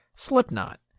Slipknot